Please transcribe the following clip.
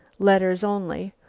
letters only,